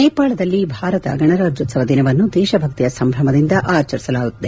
ನೇಪಾಳದಲ್ಲಿ ಭಾರತ ಗಣರಾಜ್ಯೋತ್ಸವ ದಿನವನ್ನು ದೇಶಭಕ್ತಿಯ ಸಂಭ್ರಮದಿಂದ ಆಚರಿಸಲಾಗುತ್ತಿದೆ